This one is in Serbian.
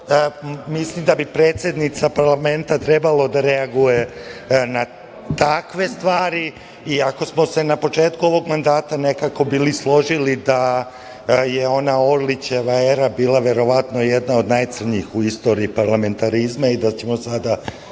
mislim da bi predsednica parlamenta trebalo da reaguje na takve stvari iako smo se na početku ovog mandata nekako bili složili da je ona Orlićeva era bila verovatno jedna od najcrnjih u istoriji parlamentarizma i da ćemo sada